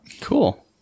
Cool